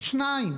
שניים